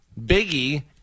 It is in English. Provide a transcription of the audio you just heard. Biggie